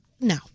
No